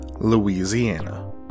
Louisiana